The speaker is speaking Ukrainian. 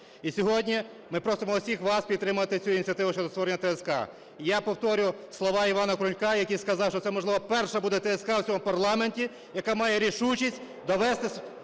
І сьогодні ми просимо всіх вас підтримати цю ініціативу щодо створення ТСК. Я повторю слова Івана Крулька, який сказав, що це, можливо, перше буде ТСК в цьому парламенті, яка має рішучість довести